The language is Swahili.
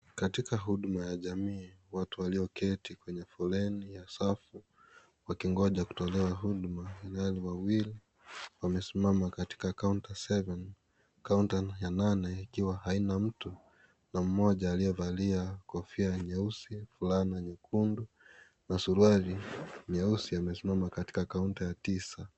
Katika Huduma ya jamii, watu walioketi kwenye foleni ya safu wakingoja kutolewa huduma, daktari wawili wamesimama katika kaunta 7,kaunta ya nane ikiwa haina mtu na mmoja aliyevalia kofia nyeusi ,vulana nyekundu na suruali nyeusi amesimama katika kaunta ya 9.